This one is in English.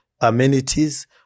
amenities